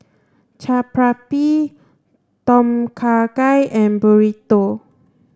Chaat Papri Tom Kha Gai and Burrito